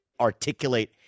articulate